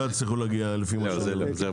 הרבה מה